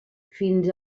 fins